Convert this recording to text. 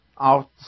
out